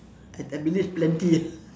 I I believe plenty